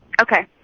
Okay